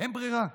אין ברירה.